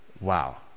wow